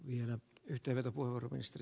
arvoisa herra puhemies